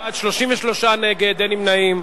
בעד, 33 נגד, אין מתנגדים.